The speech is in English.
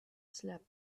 slept